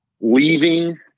leaving